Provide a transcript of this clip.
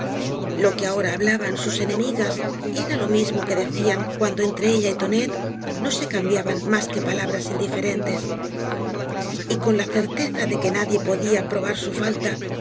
lo que ahora hablaban sus enemigas era lo mismo que decían cuando entre ella y tonet no se cambiaban mas que palabras indiferentes t con la certeza de que nadie podía probar su falta